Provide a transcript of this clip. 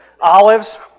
Olives